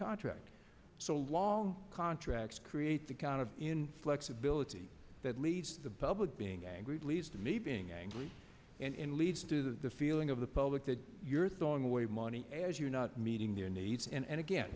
contract so long contracts create the kind of inflexibility that leads to the public being angry at least to me being angry and leads to the feeling of the public that you're thawing away money as you're not meeting their needs and a